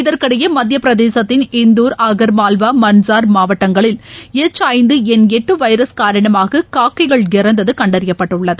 இதற்கிடையே மத்திய பிரதேசத்தின் இந்துர் ஆகாமால்வா மன்ட்சார் மாவட்டங்களில் எச் ஐந்து எண் எட்டு வைரஸ் காரணமாக காக்கைகள் இறந்தது கண்டறியப்பட்டுள்ளது